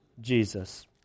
Jesus